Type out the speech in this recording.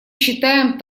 считаем